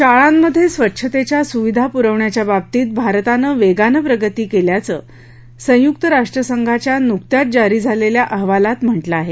शाळांमध्ये स्वच्छतेच्या सुविधा पुरवण्याच्या बाबतीत भारतानं वेगानं प्रगती केली असल्याचं संयुक्त राष्ट्र संघाच्या नुकत्याच जारी झालेल्या अहवालात म्हटलं आहे